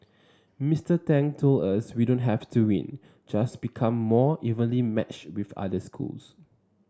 Mister Tang told us we don't have to win just become more evenly matched with other schools